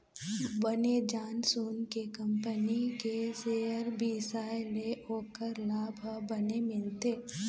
बने जान सून के कंपनी के सेयर बिसाए ले ओखर लाभ ह बने मिलथे